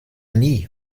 nie